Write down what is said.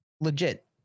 legit